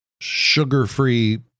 sugar-free